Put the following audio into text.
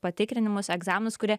patikrinimus egzaminus kurie